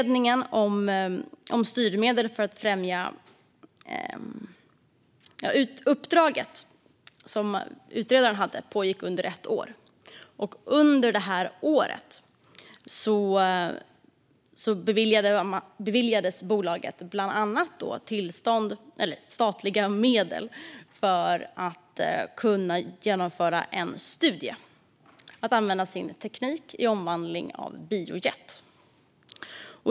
Det uppdrag som utredaren hade pågick under ett år, och under det året beviljades bolaget bland annat statliga medel för att genomföra en studie om att använda bolagets teknik vid omvandling av biojet.